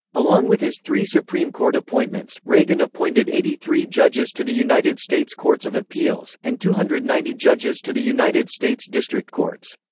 along with his three supreme court appointments, reagan appointed eighty three judges to the united states courts of appeals, and two hundred and ninety judges to the united states district courts.